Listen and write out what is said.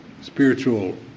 spiritual